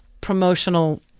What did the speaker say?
promotional